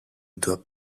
doit